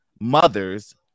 mothers